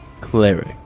cleric